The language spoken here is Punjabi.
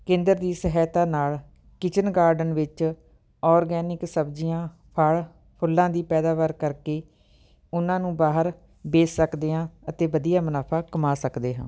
ਕੇਂਦਰ ਦੀ ਸਹਾਇਤਾ ਨਾਲ ਕਿਚਨ ਗਾਰਡਨ ਵਿੱਚ ਔਰਗੈਨਿਕ ਸਬਜ਼ੀਆਂ ਫਲ ਫੁੱਲਾਂ ਦੀ ਪੈਦਾਵਾਰ ਕਰਕੇ ਉਹਨਾਂ ਨੂੰ ਬਾਹਰ ਵੇਚ ਸਕਦੇ ਹਾਂ ਅਤੇ ਵਧੀਆ ਮੁਨਾਫ਼ਾ ਕਮਾ ਸਕਦੇ ਹਾਂ